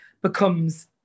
becomes